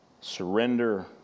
surrender